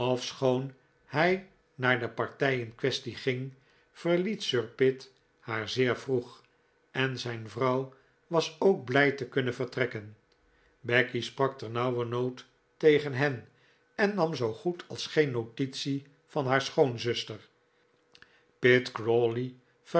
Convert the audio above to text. ofschoon hij naar de partij in quaestie ging verliet sir pitt haar zeer vroeg en zijn vrouw was ook blij te kunnen vertrekken becky sprak ternauwernood tegen hen en nam zoo goed als geen notitie van haar